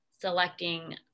selecting